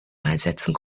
einsetzen